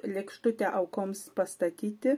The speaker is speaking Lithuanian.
lėkštutę aukoms pastatyti